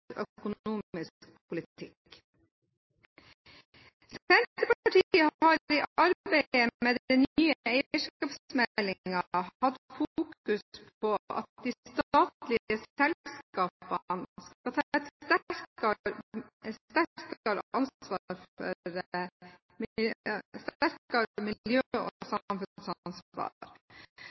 økonomisk politikk. Senterpartiet har i arbeidet med den nye eierskapsmeldingen hatt fokus på at de statlige selskapene skal ta et sterkere